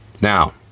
Now